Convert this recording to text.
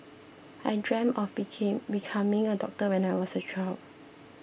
I dreamt of became becoming a doctor when I was a child